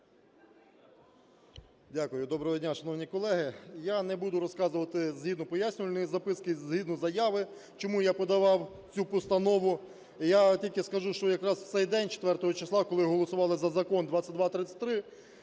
Дякую. Доброго дня, шановні колеги! Я не буду розказувати згідно пояснювальної записки, згідно заяви, чому я подавав цю постанову. Я тільки скажу, що якраз в цей день, 4-го числа, коли голосували за Закон 2233,